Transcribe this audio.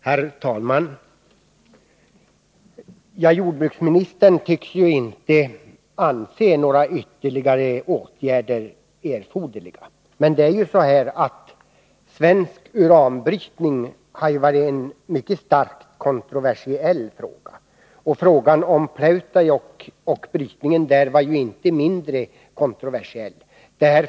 Herr talman! Jordbruksministern tycks inte anse att några ytterligare åtgärder är erforderliga. Svensk uranbrytning har ju varit en mycket starkt kontroversiell fråga. Frågan om Pleutajokk och brytningen där var inte mindre kontroversiell.